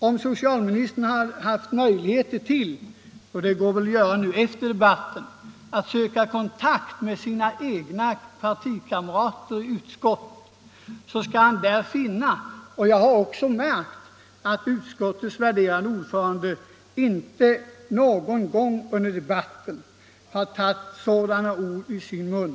Om socialministern har möjlighet att efter debatten fråga sina egna partikamrater i utskottet hur det förhöll sig med den saken skall han finna att vi från centern liksom hela utskottet enigt slutit upp kring propositionen om rörlig pensionsålder. Utskottets värderade ordförande har inte heller någon gång under debatten tagit sådana ord i sin mun.